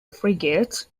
frigates